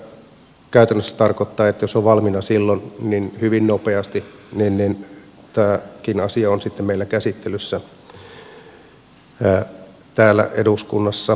käytännössä se tarkoittaa että jos se on valmiina silloin niin hyvin nopeasti tämäkin asia on sitten meillä käsittelyssä täällä eduskunnassa